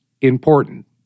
important